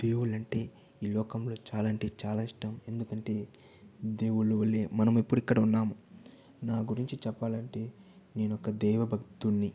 దేవుళ్ళు అంటే ఈ లోకంలో చాలా అంటే చాలా ఇష్టం ఎందుకంటే దేవుళ్ళు వల్లే మనం ఇప్పుడు ఇక్కడ ఉన్నాము నా గురించి చెప్పాలంటే నేనొక దేవ భక్తున్ని